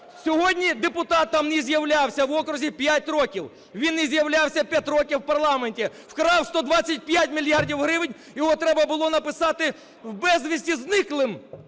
Сьогодні депутат там не з'являвся в окрузі 5 років. Він не з'являвся 5 років в парламенті, вкрав 125 мільярдів гривень. Його треба було написати безвісти зниклим,